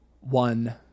one